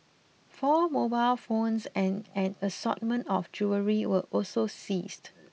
four mobile phones and an assortment of jewellery were also seized